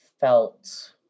felt